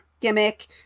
gimmick